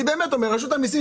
רשות המסים,